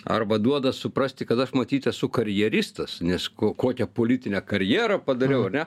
arba duoda suprasti kad aš matyt esu karjeristas nes ko kokią politinę karjerą padariau ar ne